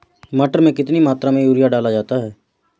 मटर में कितनी मात्रा में यूरिया डाला जाता है?